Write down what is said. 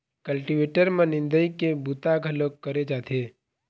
cultivator म निंदई के बूता घलोक करे जाथे